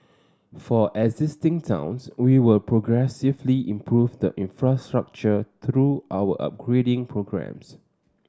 for existing towns we will progressively improve the infrastructure through our upgrading programmes